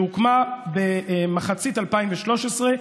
שהוקמה במחצית 2013,